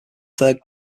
third